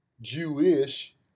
Jewish